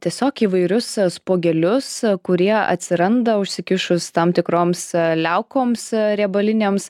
tiesiog įvairius spuogelius kurie atsiranda užsikišus tam tikroms liaukoms riebalinėms